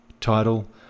title